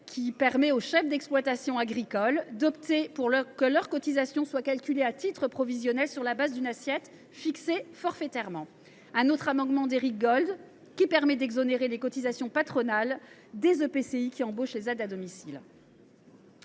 à permettre aux chefs d’exploitation agricole d’opter pour que leurs cotisations soient calculées à titre provisionnel sur la base d’une assiette fixée forfaitairement. Je pense également à un amendement d’Éric Gold pour exonérer de cotisations patronales des EPCI qui embauchent les aides à domicile.